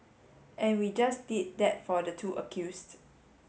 and we just did that for the two accused